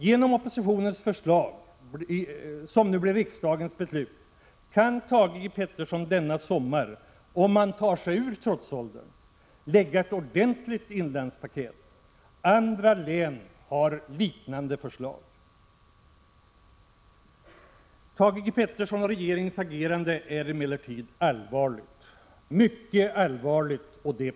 Genom oppositionens förslag, som nu blir riksdagens beslut, kan Thage G. Peterson denna sommar + om han tar sig ur trotsåldern — lägga fram ett ordentligt inlandspaket. Andra län har liknande förslag. Thage G. Peterson och regeringens agerande är emellertid mycket allvarligt på två sätt.